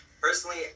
personally